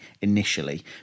initially